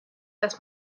das